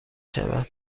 شوم